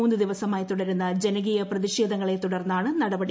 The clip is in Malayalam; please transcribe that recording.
മൂന്ന് ദിവസമായി തുടരുന്ന ജനകീയ പ്രതിഷേധങ്ങളെ തുടർന്നാണ് നടപടി